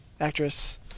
actress